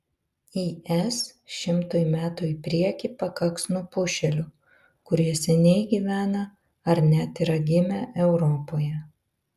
is šimtui metų į priekį pakaks nupušėlių kurie seniai gyvena ar net yra gimę europoje